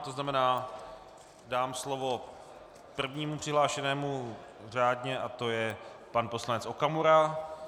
To znamená, dám slovo prvnímu přihlášenému řádně a to je pan poslanec Okamura.